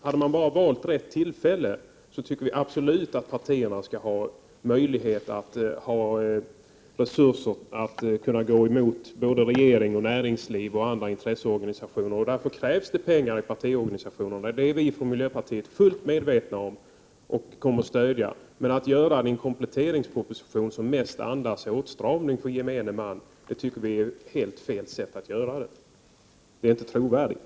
Hade man bara valt rätt tillfälle, tycker vi absolut att partierna skall ha resurser att kunna gå emot både regering och näringsliv och andra intresseorganisationer. Därför krävs att partiorganisationerna har pengar. Det är vi i miljöpartiet fullt medvetna om. Men att lägga fram ett sådant här förslag i kompletteringspropositionen, som mest andas åtstramning för gemene man, tycker vi är helt felaktigt. Det är inte trovärdigt.